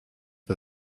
for